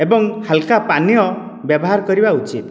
ଏବଂ ହାଲକା ପାନୀୟ ବ୍ୟବହାର କରିବା ଉଚିତ୍